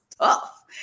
tough